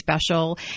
special